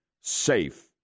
safe